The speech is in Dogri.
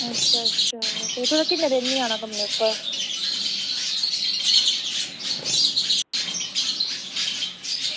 अच्छा अच्छा ते तुसें किन्ने दिन निं आना कम्में उप्पर